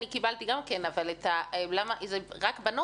גם אני קיבלתי חינוך לצניעות, אבל מדובר רק בבנות.